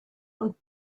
und